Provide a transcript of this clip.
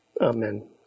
Amen